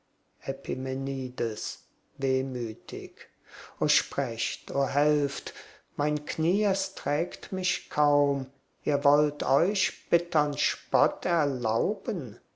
epimenides wehmütig o sprecht o helft mein knie es trägt mich kaum ihr wollt euch bittern spott erlauben